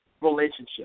relationship